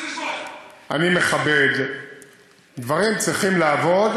לא רוצה לשמוע.